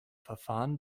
verfahren